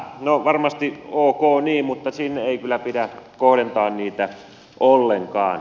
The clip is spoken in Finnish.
no varmasti ok niin mutta sinne ei kyllä pidä kohdentaa niitä ollenkaan